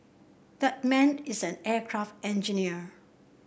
that man is an aircraft engineer